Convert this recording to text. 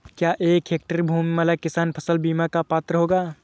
क्या एक हेक्टेयर भूमि वाला किसान फसल बीमा का पात्र होगा?